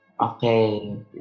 Okay